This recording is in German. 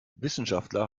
wissenschaftler